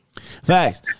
Facts